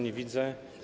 Nie widzę.